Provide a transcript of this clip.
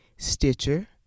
Stitcher